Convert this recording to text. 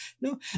no